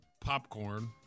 popcorn